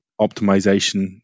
optimization